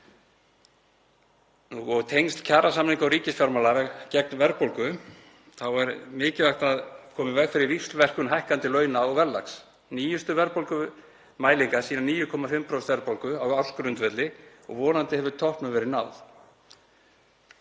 það tengsl kjarasamninga og ríkisfjármála í baráttunni gegn verðbólgu. Það er mikilvægt að koma í veg fyrir víxlverkun hækkandi launa og verðlags. Nýjustu verðbólgumælingar sýna 9,5% verðbólgu á ársgrundvelli og vonandi hefur toppnum verið náð.